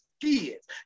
kids